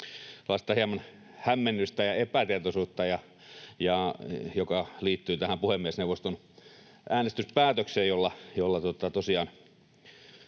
hämmennystä ja epätietoisuutta, joka liittyy tähän puhemiesneuvoston äänestyspäätökseen, jolla tosiaan